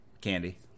Candy